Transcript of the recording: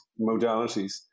modalities